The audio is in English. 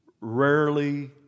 rarely